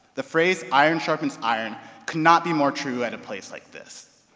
the phrase, iron sharps iron cannot be more true at a place like this.